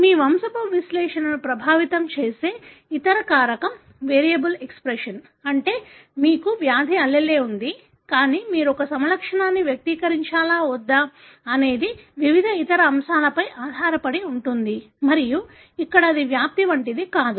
మీ వంశపు విశ్లేషణను ప్రభావితం చేసే ఇతర కారకం వేరియబుల్ ఎక్స్ప్రెషన్ అంటే మీకు వ్యాధి allele ఉంది కానీ మీరు ఒక సమలక్షణాన్ని వ్యక్తీకరించాలా వద్దా అనేది వివిధ ఇతర అంశాలపై ఆధారపడి ఉంటుంది మరియు ఇక్కడ అది వ్యాప్తి వంటిది కాదు